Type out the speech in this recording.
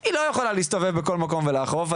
היא לא יכולה להסתובב בכל מקום ולאכוף,